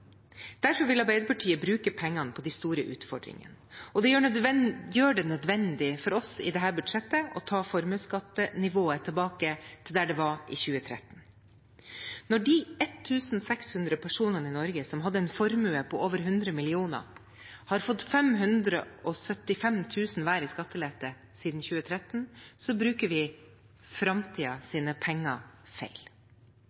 Derfor vil Arbeiderpartiet bruke penger på de store utfordringene. Det gjør det nødvendig for oss i dette budsjettet å ta formueskattenivået tilbake til der det var i 2013. Når de 1 600 personene i Norge som hadde en formue på over 100 millioner kr, har fått 575 000 kr hver i skattelette siden 2013, bruker vi